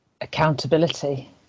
Accountability